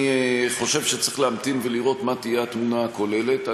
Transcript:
אני חושב שצריך להמתין ולראות מה תהיה התמונה הכוללת.